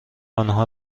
آنها